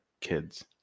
kids